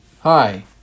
Hi